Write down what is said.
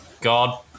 God